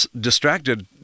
distracted